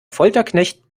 folterknecht